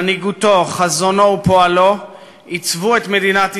מנהיגותו, חזונו ופועלו עיצבו את מדינת ישראל,